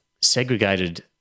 segregated